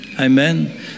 Amen